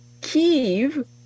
Kiev